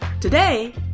Today